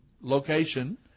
location